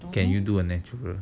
can you do a natural